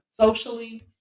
socially